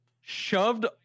shoved